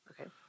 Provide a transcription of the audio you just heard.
Okay